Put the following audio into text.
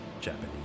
Japanese